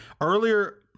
earlier